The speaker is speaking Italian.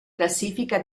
classifica